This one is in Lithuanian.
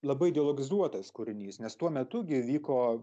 labai ideologizuotas kūrinys nes tuo metu gi vyko